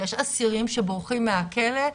כשיש אסירים שבורחים מהכלא,